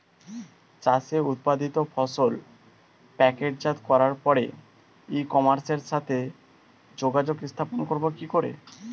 চাষের উৎপাদিত ফসল প্যাকেটজাত করার পরে ই কমার্সের সাথে যোগাযোগ স্থাপন করব কি করে?